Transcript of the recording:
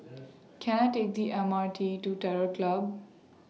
Can I Take The M R T to Terror Club